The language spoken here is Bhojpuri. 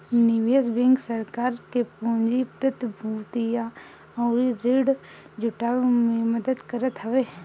निवेश बैंक सरकार के पूंजी, प्रतिभूतियां अउरी ऋण जुटाए में मदद करत हवे